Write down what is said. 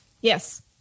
Yes